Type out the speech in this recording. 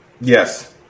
Yes